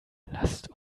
lasst